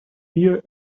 fear